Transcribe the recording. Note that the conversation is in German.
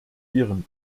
ihren